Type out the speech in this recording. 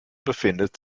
befindet